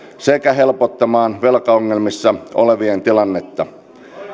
sekä helpottamaan velkaongelmissa olevien tilannetta